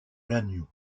lannion